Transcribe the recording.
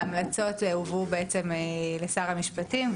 ההמלצות הובאו לשר המשפטים.